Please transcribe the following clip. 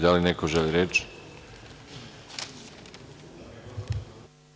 Da li neko želi reč? (Da.